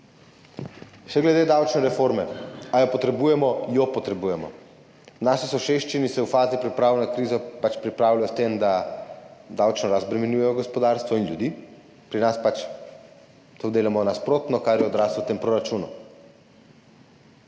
glede davčne reforme. Ali jo potrebujemo? Potrebujemo jo. V naši soseščini se v fazi priprav na krizo pač pripravljajo s tem, da davčno razbremenjujejo gospodarstvo in ljudi. Pri nas pač to delamo nasprotno, kar je odraz v tem proračunu.